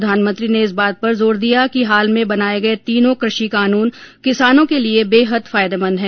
प्रधानमंत्री ने इस बात पर जोर दिया कि हाल में बनाये गए तीनों कृषि कानून किसानों के लिए बेहद फायदेमंद हैं